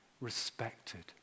respected